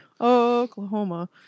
Oklahoma